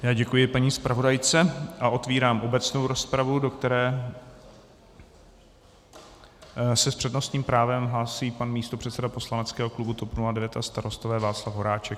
Já děkuji paní zpravodajce a otevírám obecnou rozpravu, do které se s přednostním právem hlásí pan místopředseda poslaneckého klubu TOP 09 a Starostové Václav Horáček.